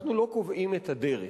אנחנו לא קובעים את הדרך,